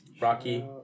Rocky